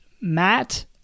Matt